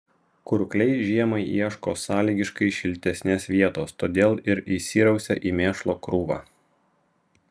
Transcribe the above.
kurkliai žiemai ieško sąlygiškai šiltesnės vietos todėl ir įsirausia į mėšlo krūvą